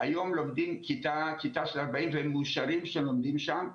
היום לומדים כיתה של 40 והם מאושרים שהם לומדים שם,